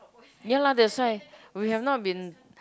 ya lah that's why we have not been